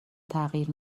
تغییر